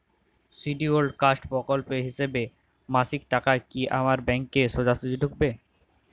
Scheduled caste প্রকল্পের হিসেবে মাসিক টাকা কি আমার ব্যাংকে সোজাসুজি ঢুকবে?